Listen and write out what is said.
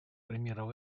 примеров